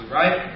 right